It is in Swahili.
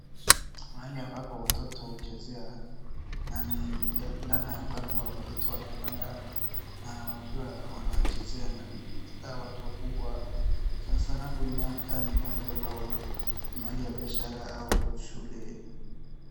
Mahali ambapo watoto huchezea, na ni radder ambayo watoto hua wanapanda na wakiwanachezea hata watu wakubwa. Sanasana hapo inakaa ni mahali ambao mahali ya biashara au shule.